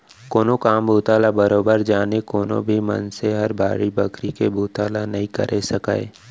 बिना काम बूता ल बरोबर जाने कोनो भी मनसे हर बाड़ी बखरी के बुता ल नइ करे सकय